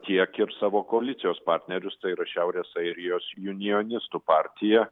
tiek ir savo koalicijos partnerius tai yra šiaurės airijos junionistų partiją